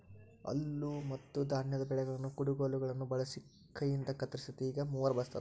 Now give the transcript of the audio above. ಹುಲ್ಲುಮತ್ತುಧಾನ್ಯದ ಬೆಳೆಗಳನ್ನು ಕುಡಗೋಲುಗುಳ್ನ ಬಳಸಿ ಕೈಯಿಂದಕತ್ತರಿಸ್ತಿತ್ತು ಈಗ ಮೂವರ್ ಬಳಸ್ತಾರ